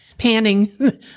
panning